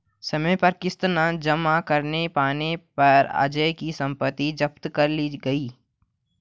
समय पर किश्त न जमा कर पाने पर अजय की सम्पत्ति जब्त कर ली गई